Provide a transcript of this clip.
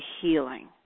healing